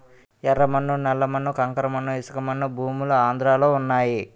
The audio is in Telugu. యెర్ర మన్ను నల్ల మన్ను కంకర మన్ను ఇసకమన్ను భూములు ఆంధ్రలో వున్నయి